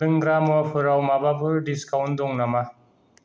लोंग्रा मुवाफोरआव माबाफोर डिसकाउन्ट दं नामा